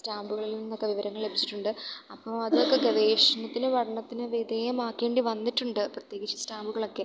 സ്റ്റാമ്പുകളിൽനിന്നൊക്കെ വിവരങ്ങൾ ലഭിച്ചിട്ടുണ്ട് അപ്പോൾ അതൊക്കെ ഗവേഷണത്തിന് പഠനത്തിന് വിധേയമാക്കേണ്ടി വന്നിട്ടുണ്ട് പ്രത്യേകിച്ച് സ്റ്റാമ്പുകളൊക്കെ